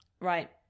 Right